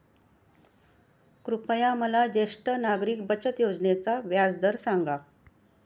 कृपया मला ज्येष्ठ नागरिक बचत योजनेचा व्याजदर सांगा